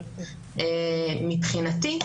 מבחינתי,